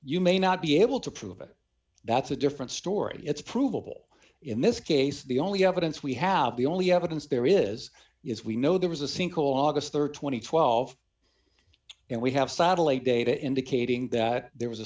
you may not be able to prove it that's a different story it's provable in this case the only evidence we have the only evidence there is is we know there was a sinkhole august rd two thousand and twelve and we have satellite data indicating that there was a